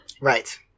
right